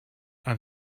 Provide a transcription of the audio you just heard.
i’m